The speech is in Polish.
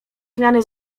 zmiany